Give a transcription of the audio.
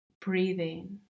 breathing